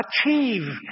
achieve